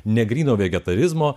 ne gryno vegetarizmo